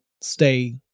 stay